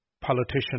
politician